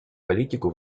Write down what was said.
политику